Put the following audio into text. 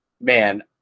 man